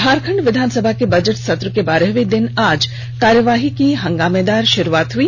झारखंड विधानसभा के बजट सत्र के बारहवें दिन आज कार्यवाही की हंगामेदार शुरूआत हुई